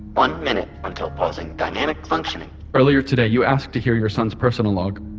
one minute until pausing dynamic functioning earlier today, you asked to hear your son's personal log.